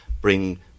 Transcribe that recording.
bring